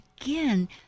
again